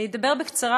אני אדבר בקצרה,